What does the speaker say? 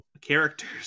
characters